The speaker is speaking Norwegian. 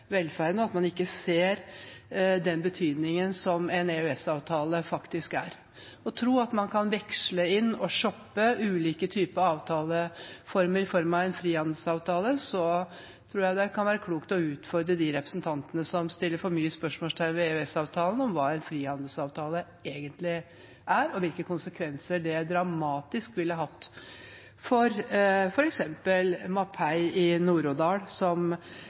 velferden – at man ikke ser den betydningen EØS-avtalen faktisk har. Noen tror at man kan veksle inn og shoppe ulike typer avtaleformer i form av en frihandelsavtale. Jeg tror det kan være klokt å utfordre de representantene som setter for mange spørsmålstegn ved EØS-avtalen, på hva en frihandelsavtale egentlig er, og hvilke dramatiske konsekvenser det ville hatt for f.eks. Mapei i Nord-Odal, som